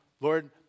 Lord